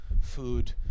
food